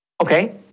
okay